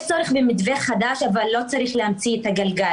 יש צורך במתווה חדש אבל לא צריך להמציא את הגלגל